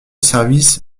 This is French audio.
service